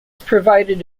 provided